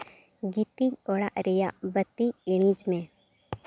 ᱜᱤᱛᱤᱡ ᱚᱲᱟᱜ ᱨᱮᱭᱟᱜ ᱵᱟᱹᱛᱤ ᱤᱬᱤᱡᱽ ᱢᱮ